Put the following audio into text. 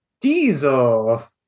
Diesel